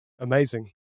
amazing